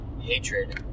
hatred